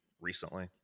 recently